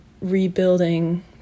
rebuilding